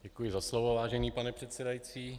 Děkuji za slovo, vážený pane předsedající.